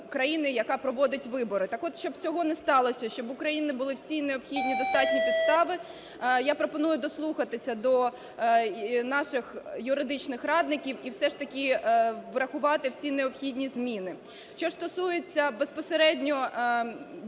яка проводить вибори. Так-от, щоб цього не сталося, щоб у країни були всі необхідні достатні підстави, я пропоную дослухатися до наших юридичних радників і все ж таки врахувати всі необхідні зміни. Що стосується безпосередньо дійсно